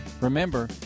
Remember